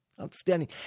Outstanding